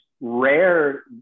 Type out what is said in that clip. rare